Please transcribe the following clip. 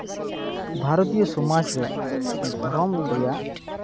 ᱵᱷᱟᱨᱚᱛᱤᱭᱚ ᱥᱚᱢᱟᱡᱽ ᱨᱮ ᱫᱷᱚᱨᱚᱢ ᱨᱮᱭᱟᱜ